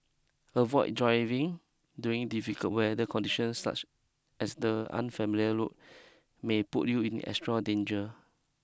avoid driving during difficult weather conditions such as the unfamiliar road may put you in extra danger